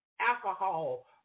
alcohol